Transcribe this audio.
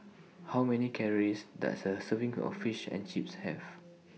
How Many Calories Does A Serving of Fish and Chips Have